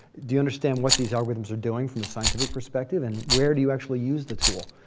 do you understand what these algorithms are doing from a scientific perspective? and where do you actually use the tool?